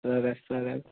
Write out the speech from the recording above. સરસ સરસ